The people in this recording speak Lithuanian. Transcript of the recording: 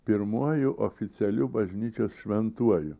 pirmuoju oficialiu bažnyčios šventuoju